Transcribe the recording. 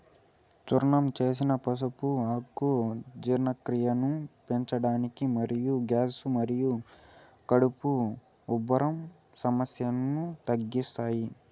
చూర్ణం చేసిన పసుపు ఆకులు జీర్ణక్రియను పెంచడానికి మరియు గ్యాస్ మరియు కడుపు ఉబ్బరం సమస్యలను తగ్గిస్తాయి